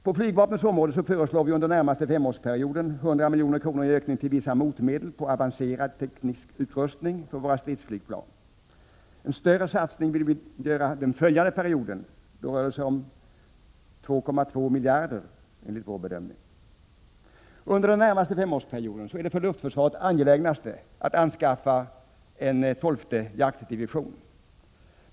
På flygvapnets område föreslår vi under den närmaste femårsperioden 100 milj.kr. i ökning till vissa motmedel, dvs. avancerad teknisk utrustning för våra stridsflygplan. En större satsning på sådan utrustning vill vi göra under den följande perioden. Då behövs 2,2 miljarder kronor enligt vår bedömning. Under den närmaste femårsperioden är det för luftförsvaret angelägnast med anskaffning av en tolfte jaktdivision.